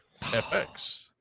FX